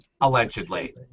Allegedly